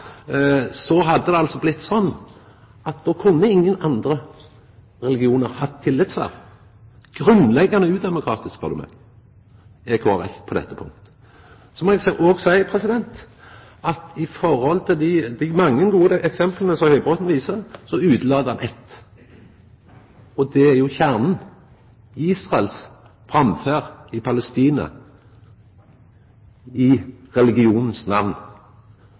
blitt sånn at då kunne ingen frå andre religionar hatt tillitsverv – grunnleggjande udemokratisk er Kristeleg Folkeparti på dette punktet, spør du meg. Så må eg seia at med omsyn til dei mange gode eksempla som Høybråten viser til , så utelèt han eitt, og det er jo kjernen – Israels framferd i Palestina i religionens